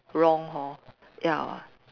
wrong hor ya